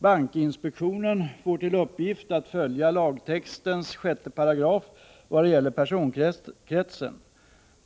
Bankinspektionen får till uppgift att följa lagtextens 6§ vad gäller personkretsen.